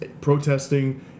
protesting